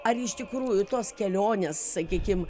ar iš tikrųjų tos kelionės sakykim